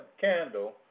candle